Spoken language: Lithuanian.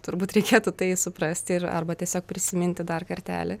turbūt reikėtų tai suprasti ir arba tiesiog prisiminti dar kartelį